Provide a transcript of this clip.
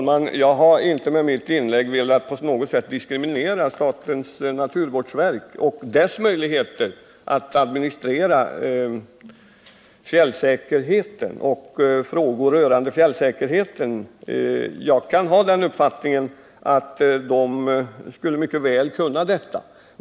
Herr talman! Jag har med mitt inlägg inte velat på något sätt diskriminera statens naturvårdsverk och dess möjligheter att administrera fjällsäkerheten eller frågor rörande den, eftersom jag har den uppfattningen att statens naturvårdsverk mycket väl skulle kunna klara detta.